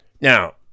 Now